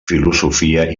filosofia